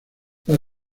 las